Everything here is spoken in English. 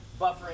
Buffering